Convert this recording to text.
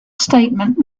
statement